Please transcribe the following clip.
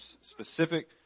specific